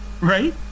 Right